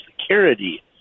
Security